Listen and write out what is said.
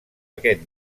aquest